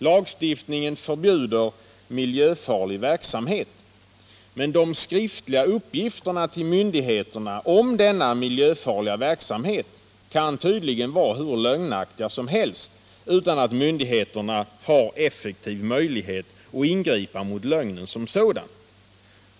Lagstiftningen förbjuder miljöfarlig verksamhet, men de skriftliga uppgifterna till myndigheterna om denna miljöfarliga verksamhet kan tydligen vara hur lögnaktiga som helst utan att myndigheterna har effektiv möjlighet att ingripa mot lögnen som sådan.